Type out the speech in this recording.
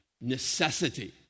necessity